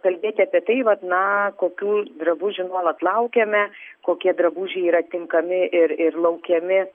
kalbėti apie tai vat na kokių drabužių nuolat laukiame kokie drabužiai yra tinkami ir ir laukiami